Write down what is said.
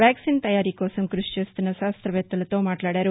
vaccine తయారీ కోసం కృషి చేస్తున్న శాస్త్రవేత్తలతో మాట్లాడారు